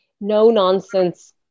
no-nonsense